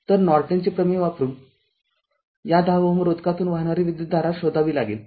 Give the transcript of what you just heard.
तरनॉर्टनचे प्रमेय वापरून या १० Ω रोधकातून वाहणारी विद्युतधारा शोधावी लागेल